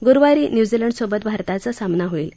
गुरुवारी न्युझीलंडसोबत भारताचा सामना होईल